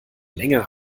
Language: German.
länger